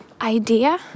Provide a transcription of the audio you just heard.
idea